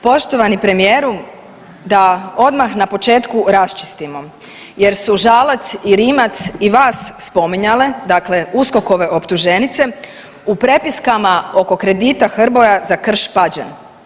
Poštovani premijeru da odmah na početku raščistimo, jer su Žalac i Rimac i vas spominjale dakle USKOK-ove optuženice u prepiskama oko kredita HBOR-a za Krš Pađene.